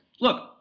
Look